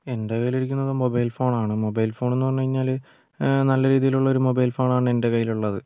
എൻ്റെ കയ്യിലിരിക്കുന്നത് mobile phone ആണ് മൊബൈൽ ഫോൺ എന്ന് പറഞ്ഞ് കഴിഞ്ഞാൽ നല്ല രീതിയിലുള്ള ഒരു മൊബൈൽ ഫോൺ ആണ് എൻ്റെ കയ്യിലുള്ളത്